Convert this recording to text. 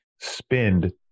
spend